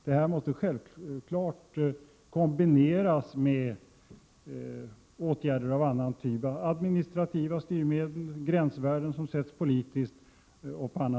Det här måste självfallet kombineras med åtgärder av annan typ — administrativa styrmedel, gränsvärden som sätts politiskt, m.m.